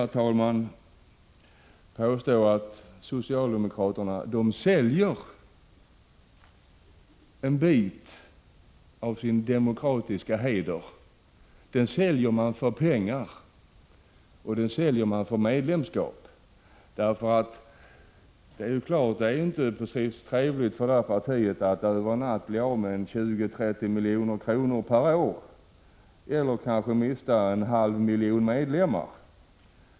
Jag vill påstå att socialdemokraterna säljer en bit av sin demokratiska heder för pengar och för medlemskap. Det är naturligtvis inte alls trevligt för partiet att över en natt bli av med 20-30 milj.kr. eller kanske mista en halv miljon medlemmar.